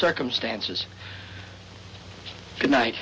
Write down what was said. circumstances tonight